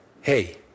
hey